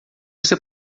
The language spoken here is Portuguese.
você